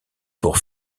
pour